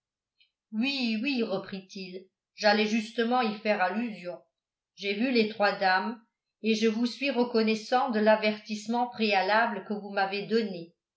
oui oui reprit-il j'allais justement y faire allusion j'ai vu les trois dames et je vous suis reconnaissant de l'avertissement préalable que vous m'avez donné